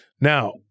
Now